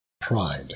Pride